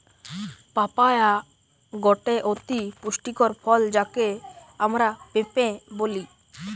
papaya গটে অতি পুষ্টিকর ফল যাকে আমরা পেঁপে বলি